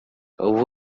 ubu